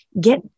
get